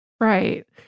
Right